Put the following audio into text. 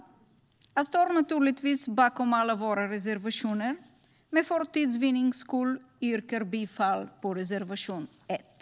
Jag står naturligtvis bakom alla våra reservationer, men för tids vinnande yrkar jag bifall till reservation 1.